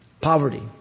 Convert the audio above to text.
poverty